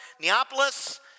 Neapolis